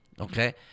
okay